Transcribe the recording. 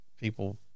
people